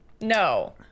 No